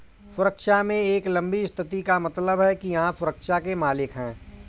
सुरक्षा में एक लंबी स्थिति का मतलब है कि आप सुरक्षा के मालिक हैं